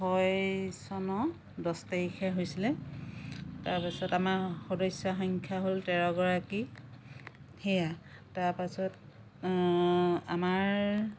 ছয় চনৰ দহ তাৰিখে হৈছিলে তাৰ পাছত আমাৰ সদস্যৰ সংখ্যা হ'ল তেৰগৰাকী সেইয়া তাৰ পাছত আমাৰ